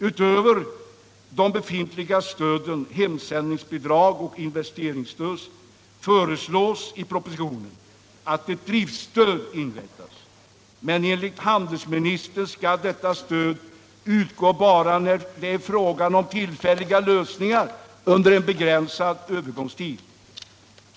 Utöver de befintliga stöden, hemsändningsbidrag och investeringsstöd, föreslås i propositionen att driftsstöd inrättas, men enligt handelsministern skall detta stöd utgå bara när det är fråga om tillfälliga lösningar under en begränsad övergångstid.